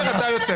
למה?